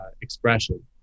expression